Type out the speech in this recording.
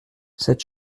sept